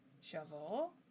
Shovel